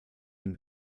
dem